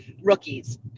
rookies